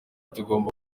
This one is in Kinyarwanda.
tugomba